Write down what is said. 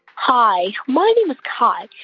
hi. my name is kai.